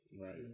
Right